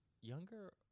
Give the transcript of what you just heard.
younger